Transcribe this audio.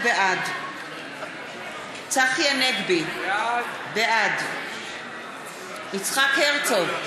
בעד צחי הנגבי, בעד יצחק הרצוג,